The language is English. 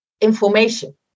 information